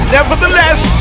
Nevertheless